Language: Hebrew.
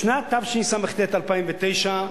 בשנת תשס"ט, 2009,